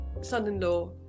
son-in-law